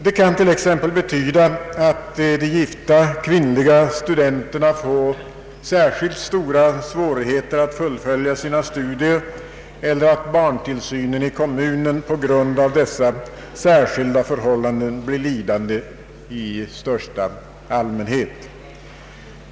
Det kan t.ex. medföra att de gifta kvinnliga studenterna kan få särskilt stora svårigheter att fullfölja sina studier och att barntillsynen i kommunen kan bli lidande i största allmänhet.